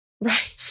Right